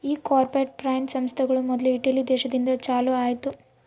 ಈ corporate finance ಸಂಸ್ಥೆಗಳು ಮೊದ್ಲು ಇಟಲಿ ದೇಶದಿಂದ ಚಾಲೂ ಆಯ್ತ್